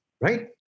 right